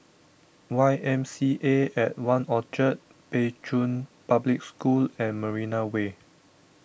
Y M C A at one Orchard Pei Chun Public School and Marina Way